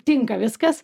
tinka viskas